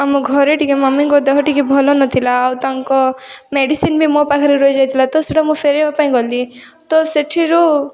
ଆମ ଘରେ ଟିକେ ମମିଙ୍କ ଦେହ ଟିକେ ଭଲ ନଥିଲା ଆଉ ତାଙ୍କ ମେଡ଼ିସିନ୍ ବି ମୋ ପାଖରେ ରହି ଯାଇଥିଲା ତ ସେଇଟା ମୁଁ ଫେରାଇବା ପାଇଁ ଗଲି ତ ସେଠିରୁ